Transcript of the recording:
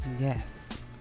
yes